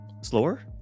slower